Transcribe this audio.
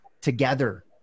together